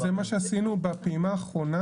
זה מה שעשינו בפעימה האחרונה.